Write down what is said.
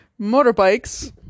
motorbikes